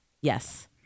Yes